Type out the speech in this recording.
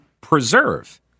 preserve